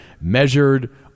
measured